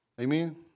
Amen